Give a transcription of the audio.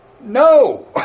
No